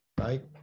right